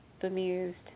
bemused